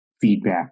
feedback